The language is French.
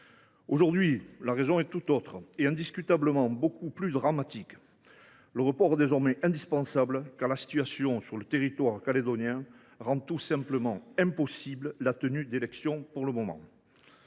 Aujourd’hui, la raison est tout autre et, indiscutablement, beaucoup plus dramatique. Le report est désormais indispensable, car la situation sur le territoire calédonien rend tout simplement impossible la tenue d’élections pour le moment.